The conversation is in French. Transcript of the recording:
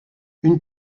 une